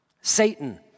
Satan